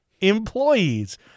Employees